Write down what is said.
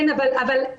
כן, אבל 14